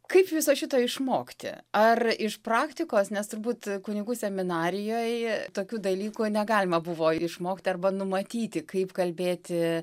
kaip viso šito išmokti ar iš praktikos nes turbūt kunigų seminarijoj tokių dalykų negalima buvo išmokt arba numatyti kaip kalbėti